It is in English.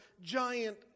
giant